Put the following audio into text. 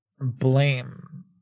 blame